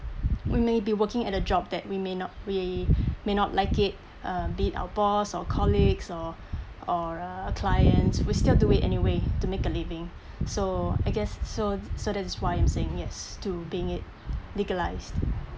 we may be working at a job that we may not we may not like it uh be it our boss or colleagues or or uh clients we still do it anyway to make a living so I guess so so that's why I'm saying yes to being it legalised